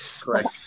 Correct